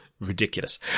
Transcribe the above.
ridiculous